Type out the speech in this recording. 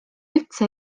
üldse